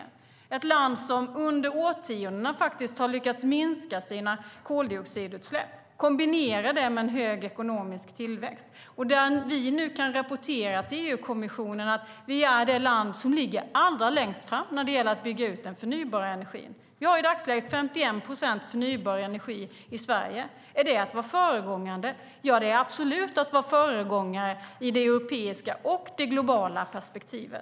Det är ett land som under årtiondena har lyckats minska sina koldioxidutsläpp, kombinera det med hög ekonomisk tillväxt och som nu kan rapportera till EU-kommissionen att vi är det land som ligger allra längst fram när det gäller att bygga ut den förnybara energin. I dagsläget har vi 51 procent förnybar energi i Sverige. Är det att vara en föregångare? Ja, det är absolut att vara en föregångare i det europeiska och det globala perspektivet.